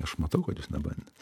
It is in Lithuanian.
aš matau kad jūs nebandėt